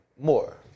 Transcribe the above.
more